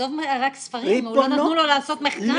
עזוב רק ספרים, לא נתנו לו לעשות מחקר.